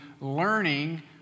learning